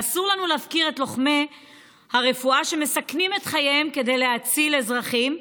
אסור לנו להפקיר את לוחמי הרפואה שמסכנים את חייהם כדי להציל אזרחים.